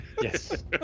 Yes